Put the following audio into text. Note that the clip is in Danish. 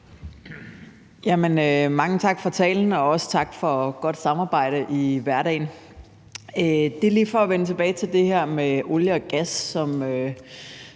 Mange tak for talen, og også tak for et godt samarbejde i hverdagen. Jeg vil lige vende tilbage til det med olie og gas, som